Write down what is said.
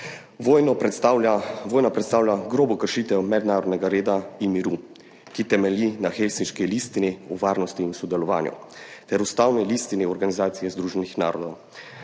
Vojna predstavlja grobo kršitev mednarodnega reda in miru, ki temelji na Helsinški listini o varnosti in sodelovanju ter ustavni listini Organizacije združenih narodov.